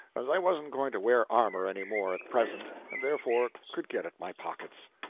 as i wasn't going to wear armor any more at present, and therefore could get at my pockets.